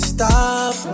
Stop